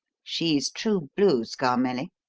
she's true blue, scarmelli.